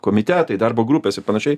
komitetai darbo grupės ir panašiai